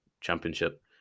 championship